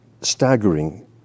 staggering